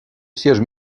siège